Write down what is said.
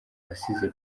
assize